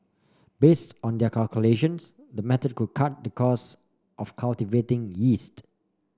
based on their calculations the method could cut the cost of cultivating yeast